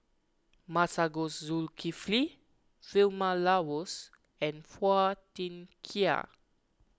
Masagos Zulkifli Vilma Laus and Phua Thin Kiay